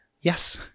yes